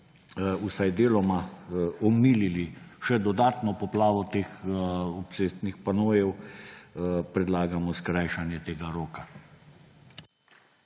vsaj deloma omilili še dodatno poplavo teh obcestnih panojev, predlagamo skrajšanje tega roka.